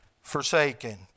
forsaken